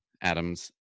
Adam's